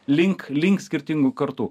link link skirtingų kartų